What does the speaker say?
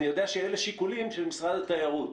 אני יודע שאלה שיקולים של משרד התיירות.